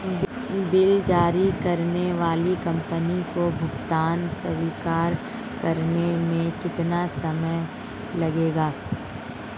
Bill जारी करने वाली कंपनी को भुगतान स्वीकार करने में कितना समय लगेगा?